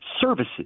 services